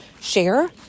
share